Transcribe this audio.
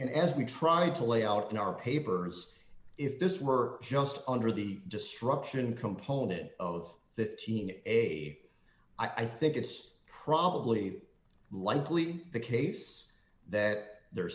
and as we tried to lay out in our paper as if this were just under the destruction component of the a i think it's probably likely the case that they're